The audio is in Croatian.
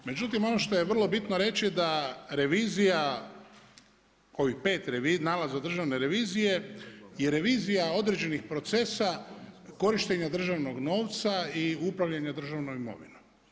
Međutim ono što je vrlo bitno reći da revizija ovih pet nalaza Državne revizije i revizija određenih procesa korištenja državnog novca i upravljanja državnom imovinom.